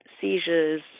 seizures